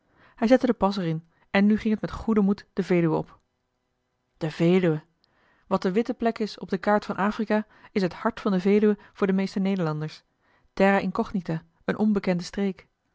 hij zette den pas er in en nu ging het met goeden moed de veluwe op de veluwe wat de witte plek is op de kaart van afrika is het hart van de veluwe voor de meeste nederlanders terra incognita eene onbekende streek